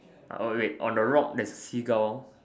oh wait on the rock there's Seagull